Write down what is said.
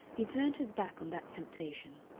he turned his back on that temptation.